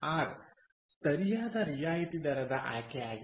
R ಸರಿಯಾದ ರಿಯಾಯಿತಿ ದರದ ಆಯ್ಕೆ ಆಗಿದೆ